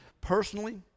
personally